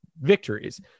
victories